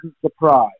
surprise